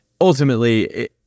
ultimately